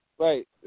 Right